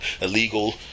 illegal